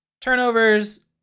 Turnovers